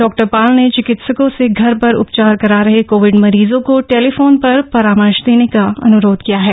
डॉ पॉल ने चिकित्सकों से घर पर उपचार करा रहे कोविड मरीजों को टेलीफोन पर परामर्श देने का अनुरोध किया है